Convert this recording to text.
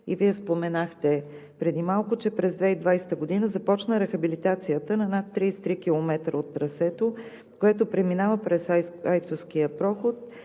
Вие споменахте преди малко, че през 2020 г. започна рехабилитацията на над 33 км от трасето, което преминава през Айтоския проход,